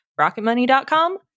Rocketmoney.com